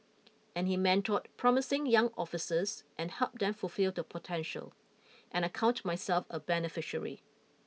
and he mentored promising young officers and helped them fulfil their potential and I count myself a beneficiary